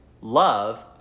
love